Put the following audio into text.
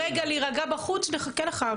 רגע להירגע בחוץ נחכה לך,